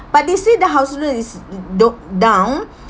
but they say the house loan is mm do~ down